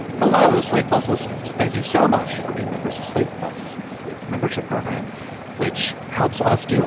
hello slate plus listeners thank you so much for being members of slate plus slate's membership program which helps us do